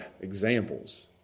examples